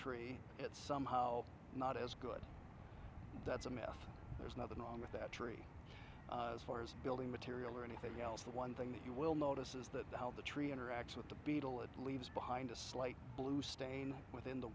tree it's somehow not as good that's a myth there's nothing wrong with that tree as far as building material or anything else the one thing that you will notice is that the how the tree interacts with the beetle it leaves behind a slight blue stain within the